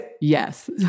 Yes